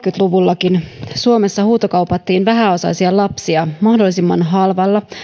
luvullakin suomessa huutokaupattiin vähäosaisia lapsia mahdollisimman halvalla